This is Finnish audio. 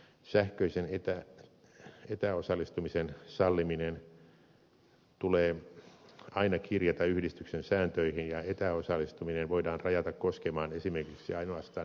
sähköisen etäosallistumisen salliminen tulee aina kirjata yhdistyksen sääntöihin ja etäosallistuminen voidaan rajata koskemaan esimerkiksi ainoastaan henkilövalintoja